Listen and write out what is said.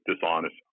dishonest